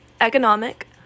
economic